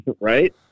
Right